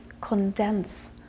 condense